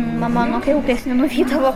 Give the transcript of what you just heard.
mama nuo kriauklės nenuvydavo